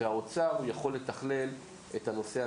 והאוצר יכול לתכנן את הנושא התקציבי.